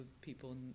people